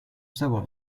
savoir